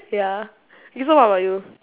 ya K so what about you